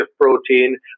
protein